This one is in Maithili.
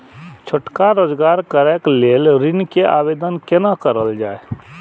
छोटका रोजगार करैक लेल ऋण के आवेदन केना करल जाय?